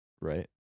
right